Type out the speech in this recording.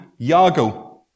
Yago